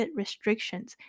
restrictions